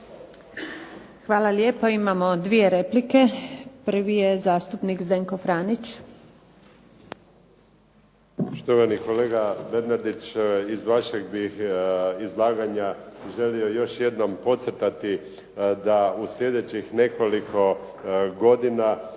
Hvala lijepo. Imamo dvije replike. Prvi je zastupnik Zdenko Franić. **Franić, Zdenko (SDP)** Štovani kolega Bernardić, iz vašeg bih izlaganja želio još jednom podcrtati da u slijedećih nekoliko godina